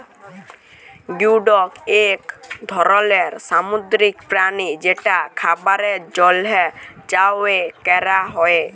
geoduck এক ধরলের সামুদ্রিক প্রাণী যেটা খাবারের জন্হে চাএ ক্যরা হ্যয়ে